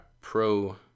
pro